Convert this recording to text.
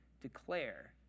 declare